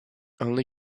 only